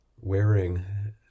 wearing